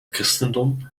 christendom